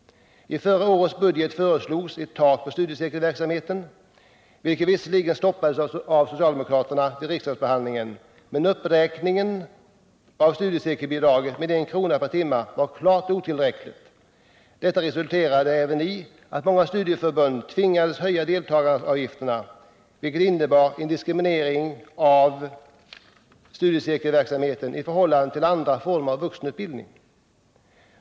I förra årets budget föreslogs ett tak för studiecirkelverksamheten — vilket visserligen stoppades av socialdemokraterna vid riksdagsbehandlingen, men uppräkningen av studiecirkelbidraget med 1 kr. per timme var klart otillräcklig. Detta resulterade även i att många studieförbund tvingades höja deltagaravgifterna — vilket innebar en diskriminering av studiecirkelverksamheten i förhållande till andra former av vuxenutbildning.